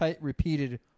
repeated